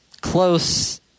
close